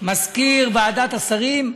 מזכיר ועדת השרים,